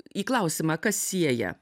į klausimą kas sieja